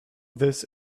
this